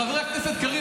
חבר הכנסת קריב,